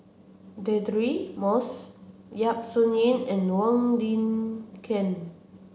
Deirdre Moss Yap Su Yin and Wong Lin Ken